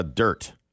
Dirt